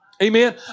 Amen